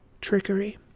Trickery